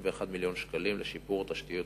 191 מיליון שקלים לשיפור התשתית הפיזית,